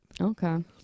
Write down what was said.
Okay